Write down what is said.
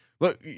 Look